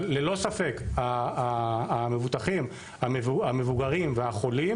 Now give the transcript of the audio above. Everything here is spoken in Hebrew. אבל ללא ספק המבוטחים המבוגרים והחולים